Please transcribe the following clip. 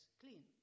clean